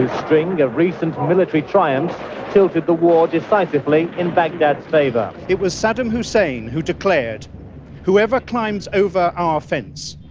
and string of recent military triumphs tilted the war decisively in baghdad's favor it was saddam hussein who declared whoever climbs over our fence,